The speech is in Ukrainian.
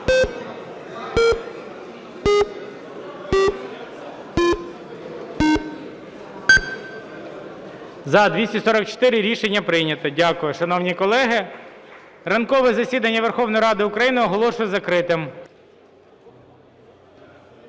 Рішення прийнято. Дякую, шановні колеги. Ранкове засідання Верховної Ради України оголошую закритим.